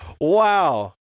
Wow